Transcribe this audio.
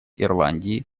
ирландии